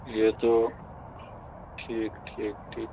یہ تو ٹھیک ٹھیک ٹھیک